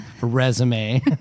resume